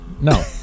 no